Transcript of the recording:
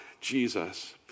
Jesus